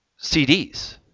CDs